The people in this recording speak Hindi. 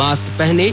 मास्क पहनें